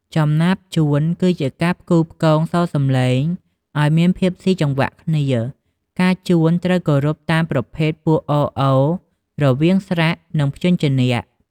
ចំណាប់ជួន គឺជាការផ្គូផ្គងសូរសំឡេងឱ្យមានភាពស៊ីចង្វាក់គ្នា ការជួនត្រូវគោរពតាមប្រភេទពួក អ-អ៊ រវាងស្រៈ និងព្យញ្ជនៈ។